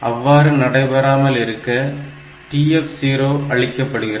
அவ்வாறு நடைபெறாமல் இருக்க TF0 அழிக்கப்படுகிறது